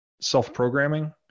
self-programming